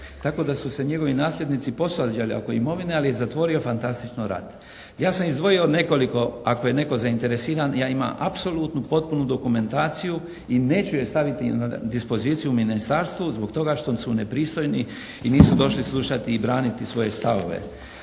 tako da su se njegovi nasljednici posvađali oko imovine, ali je zatvorio fantastično rat. Ja sam izdvojio nekoliko, ako je netko zainteresiran ja imam apsolutnu potpunu dokumentaciju i neću je staviti na dispoziciju u ministarstvu zbog toga što su nepristojni i nisu došli slušati i braniti svoje stavove.